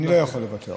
אני לא יכול לוותר.